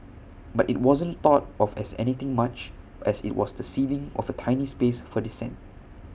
but IT wasn't thought of as anything much as IT was the ceding of A tiny space for dissent